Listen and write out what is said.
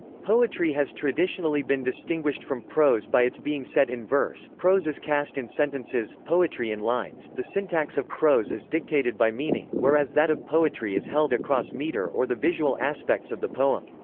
poetry has traditionally been distinguished from prose by its being set in verse prose is cast in sentences, poetry in lines the syntax of prose is dictated by meaning, whereas that of poetry is held across meter or the visual aspects of the poem.